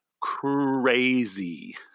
crazy